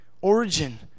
origin